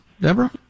Deborah